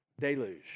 deluge